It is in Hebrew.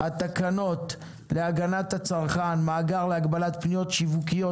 התקנות להגנת הצרכן (מאגר להגבלת פניות שיווקיות),